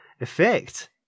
effect